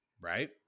right